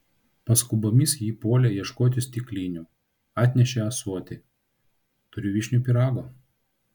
paskubomis ji puolė ieškoti stiklinių atnešė ąsotį turiu vyšnių pyrago